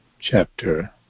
chapter